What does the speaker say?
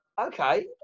okay